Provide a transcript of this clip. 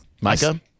micah